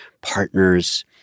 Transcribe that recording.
partners